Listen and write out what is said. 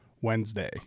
Wednesday